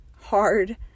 hard